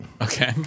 Okay